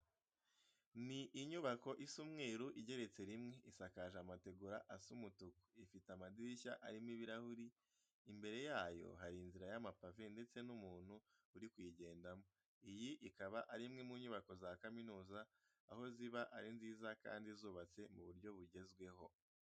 Ni inyubako isa umweru igeretse rimwe, isakaje amategura asa umutuku, ifite amadirishya arimo ibirahure. Imbere yayo hari inzira y'amapave ndetse n'umuntu uri kuyigendamo. Iyi ikaba ari imwe mu nyubako za kaminuza, aho ziba ari nziza kandi zubatse mu buryo bugezweho.